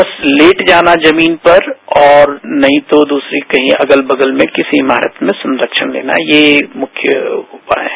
बस लेट जाना जमीन पर और नहीं तो दूसरी कहीं अलग बगल में किसी इमारतमें संरक्षण लेना ये मुख्य रपाय हैं